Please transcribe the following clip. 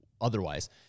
otherwise